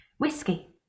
Whiskey